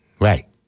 Right